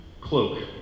cloak